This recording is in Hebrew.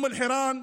אום אל-חיראן,